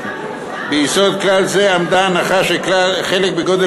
ביסוד כלל זה עמדה ההנחה שחלק בגודל